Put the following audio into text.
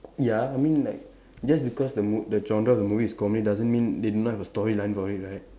ya I mean like just because the mo~ the genre of the movie is comedy doesn't mean they do not have have a storyline for it right